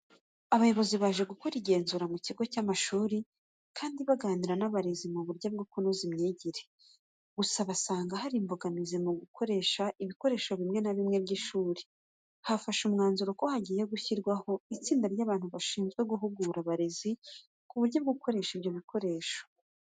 Abayobozi baje gukora igenzura mu kigo cy'amashuri kandi baganira n'abarezi ku buryo bwo kunoza imyigire. Gusa basanga hari imbogamizi mu gukoresha ibikoresho bimwe na bimwe by'ishuri. Hafashwe umwanzuro ko hagiye gushyirwaho itsinda ry'abantu bashinzwe guhugura abarezi ku buryo bwo gukoresha ibyo bikoresho.